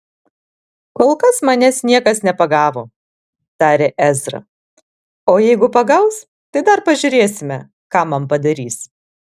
kol kas manęs niekas nepagavo tarė ezra o jeigu pagaus tai dar pažiūrėsime ką man padarys